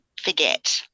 forget